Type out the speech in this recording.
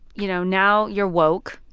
you know, now you're woke